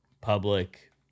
Public